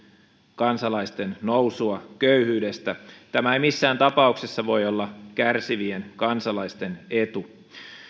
kansalaisten nousua köyhyydestä tämä ei missään tapauksessa voi olla kärsivien kansalaisten etu